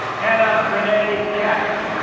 hannah renee capps